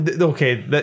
Okay